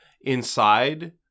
inside